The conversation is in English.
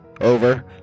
Over